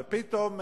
ופתאום,